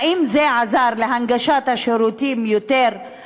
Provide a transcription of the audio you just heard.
האם זה עזר ליותר הנגשה של השירותים לאוכלוסייה